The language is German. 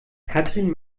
katrin